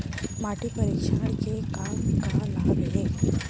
माटी परीक्षण के का का लाभ हे?